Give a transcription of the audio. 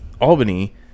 Albany